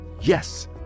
Yes